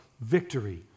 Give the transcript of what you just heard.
victory